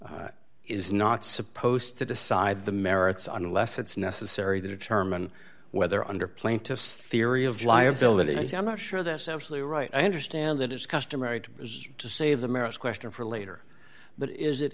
is not supposed to decide the merits unless it's necessary to determine whether under plaintiff's theory of liability and i'm not sure that's absolutely right i understand that it's customary to save the marriage question for later but is it